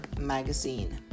Magazine